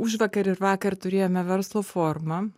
užvakar ir vakar turėjome verslo forumą